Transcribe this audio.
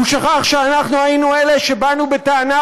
הוא שכח שאנחנו היינו אלה שבאו בטענה,